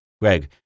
Greg